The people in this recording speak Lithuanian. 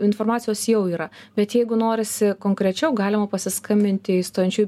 informacijos jau yra bet jeigu norisi konkrečiau galima pasiskambinti į stojančių